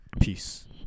Peace